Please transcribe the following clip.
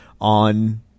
on